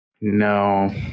No